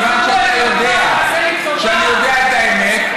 כיוון שאתה יודע שאני יודע את האמת.